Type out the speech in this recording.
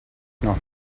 noch